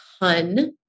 ton